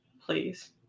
please